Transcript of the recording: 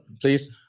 please